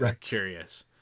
curious